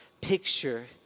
picture